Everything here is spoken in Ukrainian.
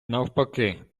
навпаки